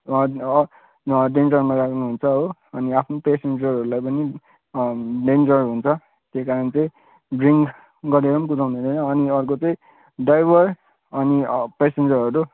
डेन्जरमा राख्नुहुन्छ हो अनि आफ्नो पेसेन्जरहरूलाई पनि डेन्जर हुन्छ त्यही कारण चाहिँ ड्रिङ्क गरेर पनि कुदाउनु हुँदैन अनि अर्को चाहिँ ड्राइभर अनि पेसेन्जरहरू